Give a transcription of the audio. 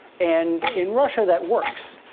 and in russia, that works,